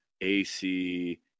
ac